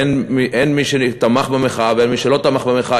הן מי שתמך במחאה והן מי שלא תמך במחאה.